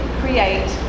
create